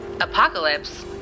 Apocalypse